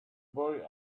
boy